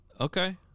Okay